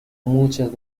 muchas